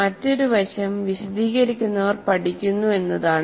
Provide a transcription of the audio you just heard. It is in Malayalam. മറ്റൊരു വശം വിശദീകരിക്കുന്നവർ പഠിക്കുന്നു എന്നതാണ്